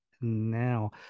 now